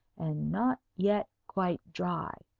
and not yet quite dry,